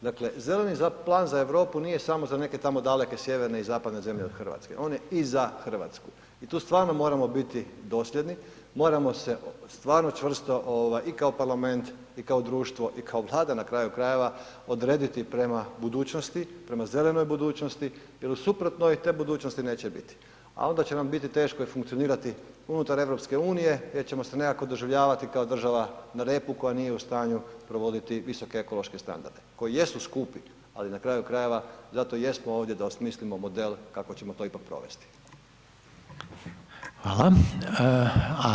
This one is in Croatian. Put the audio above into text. Dakle, zeleni plan za Europu nije samo za neke tamo daleke sjeverne i zapadne zemlje od RH, on je i za RH i tu stvarno moramo biti dosljedni, moramo se stvarno čvrsto ovaj i kao parlament i kao društvo i kao Vlada na kraju krajeva odrediti prema budućnosti, prema zelenoj budućnosti jel u suprotnom te budućnosti neće biti, a onda će nam biti teško i funkcionirati unutar EU jer ćemo se nekako doživljavati kao država na repu koja nije u stanju provoditi visoke ekološke standarde koji jesu skupi, ali na kraju krajeva zato i jesmo ovdje da osmislimo model kako ćemo to ipak provesti.